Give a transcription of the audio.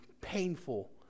painful